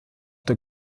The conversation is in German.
der